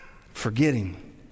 forgetting